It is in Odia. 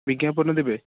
ବିଜ୍ଞାପନ ଦେବେ